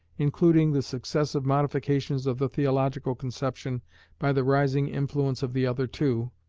including the successive modifications of the theological conception by the rising influence of the other two,